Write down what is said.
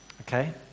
Okay